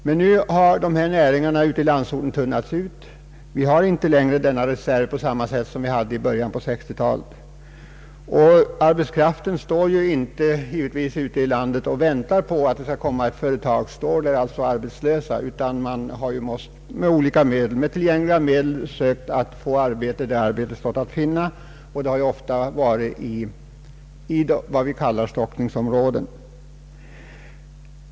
Men nu har arbetskraften inom dessa näringar i landsorten tunnats ut. Vi har inte längre en reserv där på samma sätt som vi hade i början av 1960-talet. Den arbetslösa arbetskraften står ju inte ute i landet och väntar på att ett företag skall komma och erbjuda arbete utan är hänvisad till att försöka få arbete där arbete står att finna, vilket i de flesta fall är i vad vi kallar stockningsområdena.